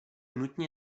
nutně